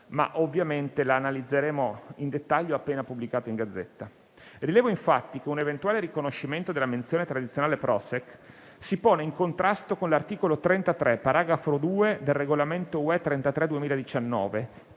ma ovviamente la analizzeremo nel dettaglio appena pubblicata in Gazzetta. Rilevo, infatti, che un eventuale riconoscimento della menzione tradizionale Prošek si pone in contrasto con l'articolo 33, paragrafo 2, del regolamento delegato